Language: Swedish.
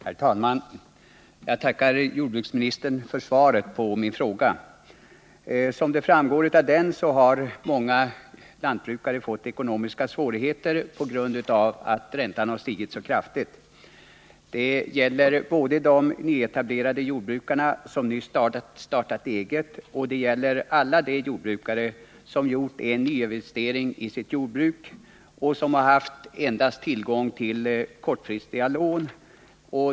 Herr talman! Jag tackar jordbruksministern för svaret på min fråga. Såsom framgår av frågan har många lantbrukare fått ekonomiska svårigheter på grund av att räntan stigit mycket kraftigt. Det gäller både de nyetablerade jordbrukarna, som nyss startat eget, och alla de jordbrukare telägets återverkningar på jordbruket som gjort en nyinvestering i sitt jordbruk och som endast haft tillgång till kortfristiga lån.